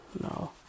no